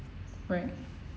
right